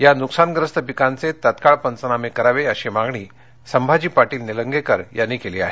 या नुकसानग्रस्त पिकांचे तात्काळ पंचनामे करावे अशी मागणी संभाजी पाटील निलंगेकर यांनी केली आहे